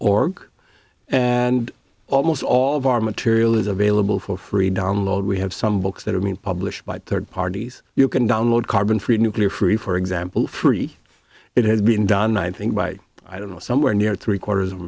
org and almost all of our material is available for free download we have some books that i mean published by third parties you can download carbon free nuclear free for example free it has been done i think by i don't know somewhere near three quarters of a